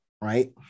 right